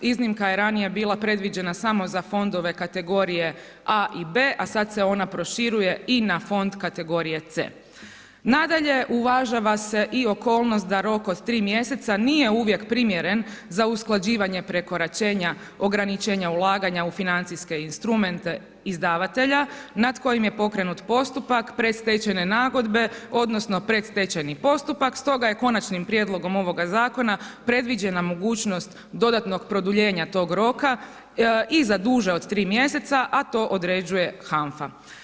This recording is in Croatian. Iznimka je ranije bila predviđena samo za fondove kategorije A i B, a sad se ona proširujem i na fond kategorije C. Nadalje, uvažava se i okolnost da rok od 3 mjeseca nije uvijek primjeren za usklađivanje prekoračenja ograničenja ulaganja u financijske instrumente izdavatelja nad kojim je pokrenut postupak predstečajne nagodbe odnosno predstečajni postupak, stoga je Konačnim prijedlogom ovoga Zakona previđena mogućnost dodatnog produljenja tog roka i za duže od 3 mjeseca, a to određuje HANFA.